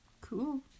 Cool